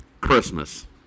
Christmas